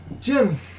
Jim